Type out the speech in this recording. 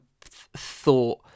thought